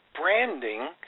branding